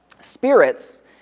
spirits